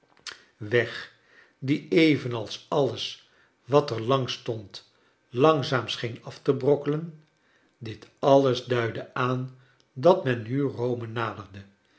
weg die evenals alles wat er langs stond langzaam scheen af te brokkelen dit alles duidde aan dat men nu rome naderde